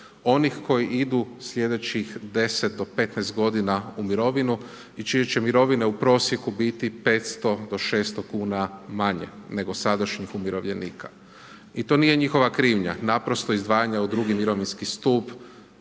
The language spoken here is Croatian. Onih koji idu slijedećih 10-15 godina u mirovinu i čije će mirovine u prosjeku 500 do 600 kuna manje nego sadašnjih umirovljenika. I to nije njihova krivnja. Naprosto izdvajanja u II mirovinski stup